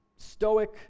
Stoic